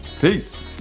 Peace